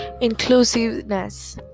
inclusiveness